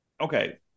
Okay